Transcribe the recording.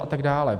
A tak dále.